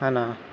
ہے نا